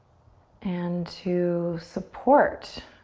and to support